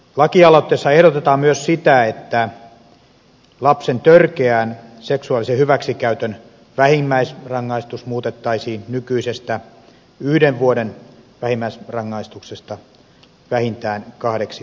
lakialoitteessa ehdotetaan myös sitä että lapsen törkeän seksuaalisen hyväksikäytön vähimmäisrangaistus muutettaisiin nykyisestä yhden vuoden vähimmäisrangaistuksesta vähintään kahdeksi vuodeksi vankeutta